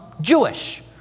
Jewish